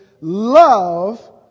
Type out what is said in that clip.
love